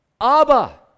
Abba